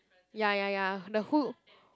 ya ya ya the who